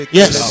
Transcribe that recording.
yes